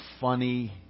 funny